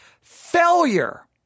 failure